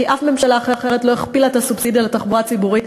כי אף ממשלה אחרת לא הכפילה את הסובסידיה לתחבורה הציבורית,